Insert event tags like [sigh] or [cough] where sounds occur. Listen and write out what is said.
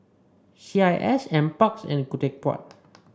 C I S N parks and [unintelligible]